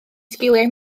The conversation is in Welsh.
sgiliau